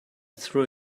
threw